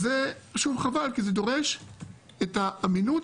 וזה פשוט חבל כי זה דורש את האמינות